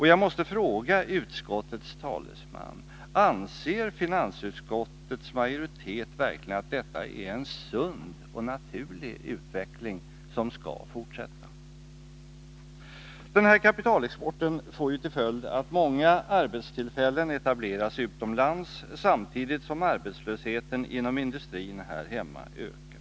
Jag måste fråga utskottets talesman: Anser finansutskottets majoritet verkligen att detta är en sund och naturlig utveckling, som bör fortsätta? Den här kapitalexporten får till följd att många arbetstillfällen etableras utomlands, samtidigt som arbetslösheten inom industrin här hemma ökar.